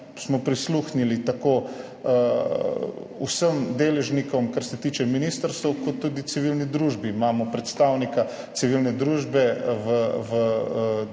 prisluhnili tako vsem deležnikom, kar se tiče ministrstev, kot tudi civilni družbi. Imamo predstavnika civilne družbe v delovni